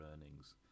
earnings